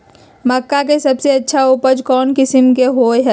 मक्का के सबसे अच्छा उपज कौन किस्म के होअ ह?